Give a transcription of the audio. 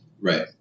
Right